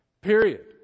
Period